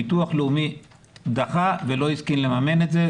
ביטוח לאומי דחה ולא הסכים לממן את זה.